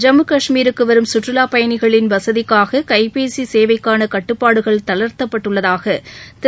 ஜம்மு காஷ்மீருக்கு வரும் கற்றுவாப் பயணிகளின் வசதிக்காக கைபேசி சேவைக்கான கட்டுப்பாடுகள் தளா்த்தப்பட்டுள்ளதாக திரு